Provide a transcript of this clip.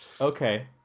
Okay